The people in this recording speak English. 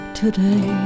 today